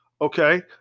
okay